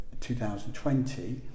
2020